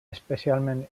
especialment